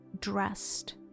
dressed